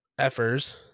Effers